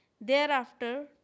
Thereafter